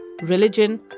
religion